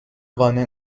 قانع